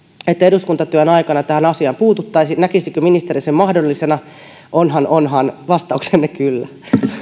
että eduskuntatyön aikana tähän asiaan puututtaisiin näkisikö ministeri sen mahdollisena onhan onhan vastauksenne kyllä